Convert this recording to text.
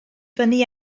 fyny